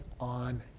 on